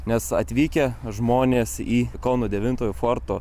nes atvykę žmonės į kauno devintojo forto